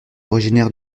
originaire